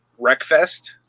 Wreckfest